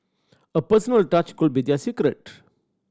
a personal touch could be their secret